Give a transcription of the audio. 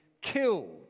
killed